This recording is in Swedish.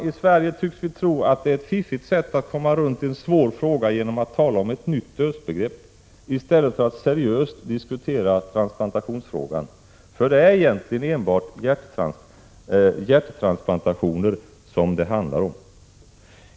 I Sverige tycks vi tro att det är fiffigt att komma runt en svår fråga genom att tala om ett nytt dödsbegrepp i stället för att seriöst diskutera transplantationsfrågan — det är egentligen enbart hjärttransplantationer det handlar om.